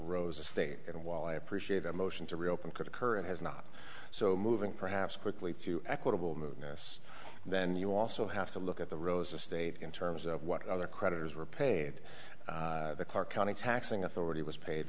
rosa state and while i appreciate a motion to reopen could occur and has not so moving perhaps quickly to equitable move notice then you also have to look at the rose estate in terms of what other creditors were paid the clark county taxing authority was paid